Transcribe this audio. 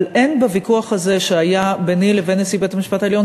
אבל אין בוויכוח הזה שהיה ביני לבין נשיא בית-המשפט העליון,